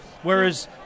Whereas